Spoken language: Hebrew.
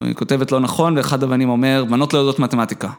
היא כותבת לא נכון, ואחד הבנים אומר, בנות לא יודעות מתמטיקה.